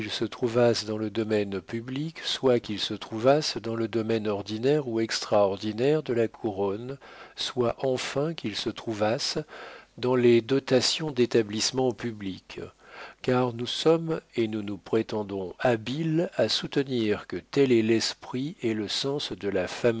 se trouvassent dans le domaine public soit qu'ils se trouvassent dans le domaine ordinaire ou extraordinaire de la couronne soit enfin qu'ils se trouvassent dans les dotations d'établissements publics car nous sommes et nous nous prétendons habiles à soutenir que tel est l'esprit et le sens de la